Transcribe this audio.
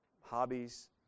Hobbies